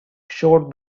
showed